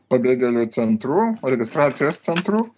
pabėgėlių centrų registracijos centrų